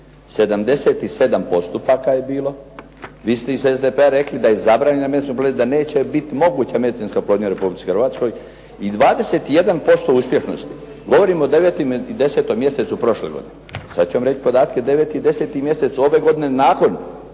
77 postupaka je bilo. Vi ste iz SDP-a rekli da je zabranjena medicinska oplodnja, da neće biti moguća medicinska oplodnja u Hrvatskoj i 21% uspješnosti. Govorim o 9. i 10. mjesecu prošle godine. Sada ću vam reći podatke od 9. i 10. mjeseca ove godine nakon